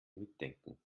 mitdenken